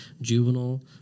juvenile